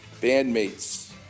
bandmates